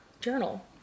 Journal